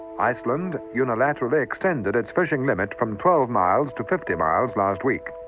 iceland unilaterally extended its fishing limit from twelve miles to fifty miles last week.